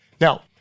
Now